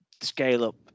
scale-up